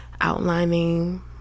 outlining